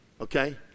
okay